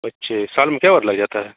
अच्छा साल में कितनी बार लग जाता है